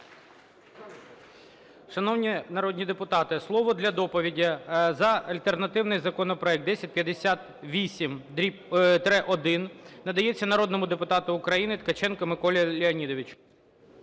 Шановні народні депутати, слово для доповіді за альтернативний законопроект 1058-1 надається народному депутату України Княжицькому Миколі Леонідовичу.